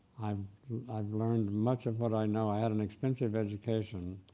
um i've learned much of what i know, i had an expensive education,